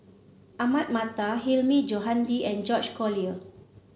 Ahmad Mattar Hilmi Johandi and George Collyer